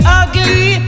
ugly